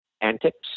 antics